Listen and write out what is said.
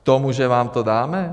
K tomu, že vám to dáme?